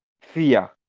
Fear